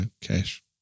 cash